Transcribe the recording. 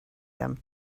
them